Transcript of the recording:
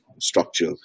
structure